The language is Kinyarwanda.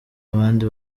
abandi